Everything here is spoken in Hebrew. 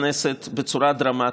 בכנסת בצורה דרמטית,